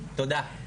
תודה.